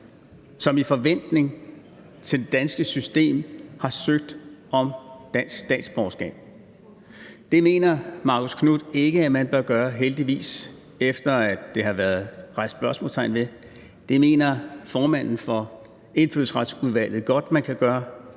og forventning til det danske system har søgt om dansk statsborgerskab. Det mener Marcus Knuth ikke at man bør gøre – heldigvis – efter at der er blevet sat spørgsmålstegn ved det. Det mener formanden for Indfødsretsudvalget godt man kan gøre.